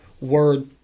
word